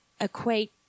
equate